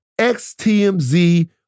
XTMZ